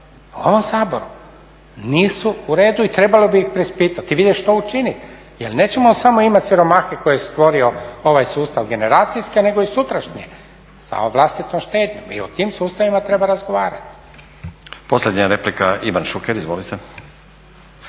u ovom Saboru nisu u redu i trebalo bi ih preispitat i vidjet što učiniti jer nećemo samo imat siromahe koje je stvorio ovaj sustav generacijske nego i sutrašnje sa vlastitom štednjom i o tim sustavima treba razgovarati. **Stazić, Nenad (SDP)** Posljednja replika Ivan Šuker, izvolite.